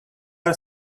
are